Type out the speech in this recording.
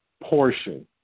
portion